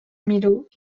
milhaud